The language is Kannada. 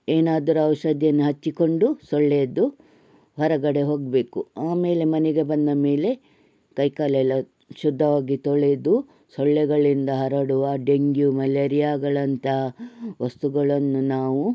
ಏನಾದರು ಔಷಧಿಯನ್ನ ಹಚ್ಚಿಕೊಂಡು ಸೊಳ್ಳೆಯದ್ದು ಹೊರಗಡೆ ಹೋಗಬೇಕು ಆಮೇಲೆ ಮನೆಗೆ ಬಂದ ಮೇಲೆ ಕೈಕಾಲೆಲ್ಲ ಶುದ್ಧವಾಗಿ ತೊಳೆದು ಸೊಳ್ಳೆಗಳಿಂದ ಹರಡುವ ಡೆಂಗ್ಯೂ ಮಲೇರಿಯಾಗಳಂಥ ವಸ್ತುಗಳನ್ನು ನಾವು